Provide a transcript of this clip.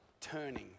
turning